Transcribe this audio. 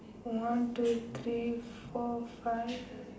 one two three four five